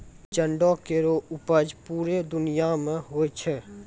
जंडो केरो उपज पूरे दुनिया म होय छै